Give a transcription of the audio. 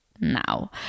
now